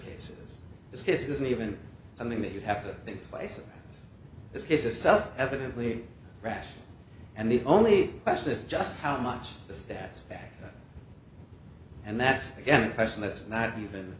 case isn't even something that you have to take place this case is self evidently rash and the only question is just how much is that back and that's again a question that's not even